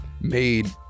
made